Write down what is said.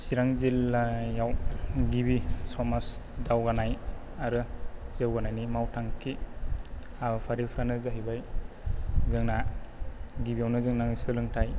चिरां जिल्लायाव गिबि समाज दावगानाय आरो जौगानायनि मावथांखि हाबाफारिफ्रानो जाहैबाय जोंना गिबियावनो जोंना सोलोंथाइ